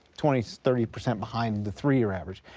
twenty, thirty percent behind the three year average.